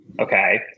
Okay